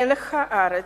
מלח הארץ.